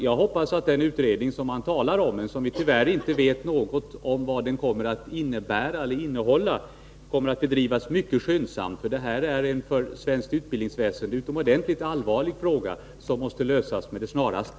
Jag hoppas att den utredning som man talar om, men som vi tyvärr inte vet vad den kommer att innehålla, kommer att bedrivas mycket skyndsamt. Detta är ett för svenskt utbildningsväsende utomordentligt allvarligt problem, som måste lösas med det snaraste.